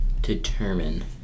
determine